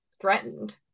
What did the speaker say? threatened